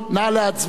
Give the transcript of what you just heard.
להצביע, מי בעד?